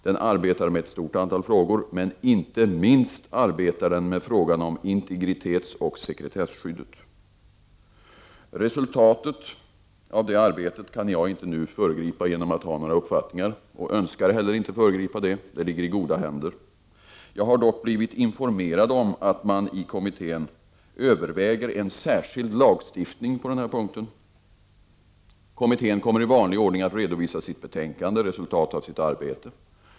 Den arbetar med en stort antal frågor, inte minst med frågan om integritetsoch sekretesskyddet. Resultatet av detta arbete kan jag nu inte föregripa genom att ha några uppfattningar, och jag önskar heller inte föregripa det eftersom det nu ligger i goda händer. Jag har dock blivit informerad om att kommittén överväger en särskild lagstiftning på den här punkten. Kommittén kommer i vanlig ordning att redovisa sitt betänkande, resultatet av sitt arbete.